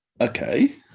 Okay